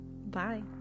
Bye